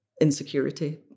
insecurity